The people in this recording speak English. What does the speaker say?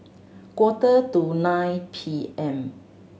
quarter to nine P M